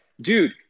dude